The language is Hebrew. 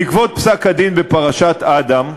בעקבות פסק-הדין בעתירת אדם,